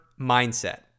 mindset